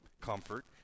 comfort